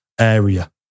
area